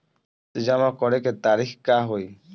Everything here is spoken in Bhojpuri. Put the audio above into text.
किस्त जमा करे के तारीख का होई?